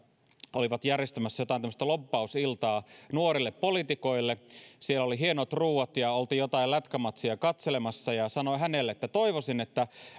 he olivat järjestämässä jotain tämmöistä lobbausiltaa nuorille poliitikoille siellä oli hienot ruuat ja oltiin jotain lätkämatsia katselemassa ja sanoin hänelle että toivoisin että